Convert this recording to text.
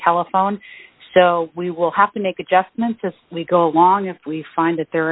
telephone so we will have to make adjustments as we go along if we find that there